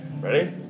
Ready